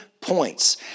points